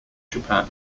japan